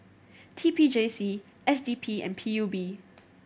T P J C S D P and P U B